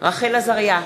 רחל עזריה,